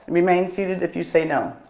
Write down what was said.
remain seated if you say no.